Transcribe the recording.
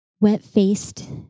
wet-faced